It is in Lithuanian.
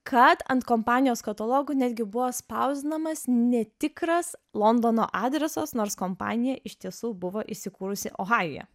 kad ant kompanijos katalogų netgi buvo spausdinamas netikras londono adresas nors kompanija iš tiesų buvo įsikūrusi ohajuje